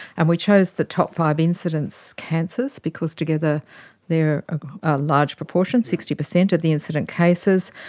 and we chose the top five incidence cancers because together they are a large proportion, sixty percent of the incident cases,